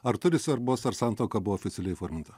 ar turi svarbos ar santuoka buvo oficialiai įforminta